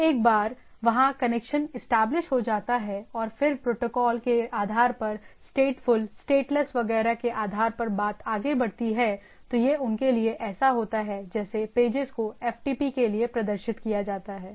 जब एक बार वहां कनेक्शन इस्टैबलिश्ड हो जाता है और फिर प्रोटोकॉल के आधार पर स्टेटफुल स्टेटलेस वगैरह के आधार पर बात आगे बढ़ती है तो यह उनके लिए ऐसा होता है जैसे पेजेस को एफटीपी के लिए प्रदर्शित किया जाता है